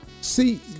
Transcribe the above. See